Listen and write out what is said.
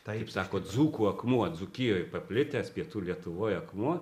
taip sako dzūkų akmuo dzūkijoj paplitęs pietų lietuvoj akmuo